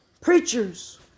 preachers